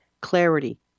Clarity